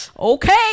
Okay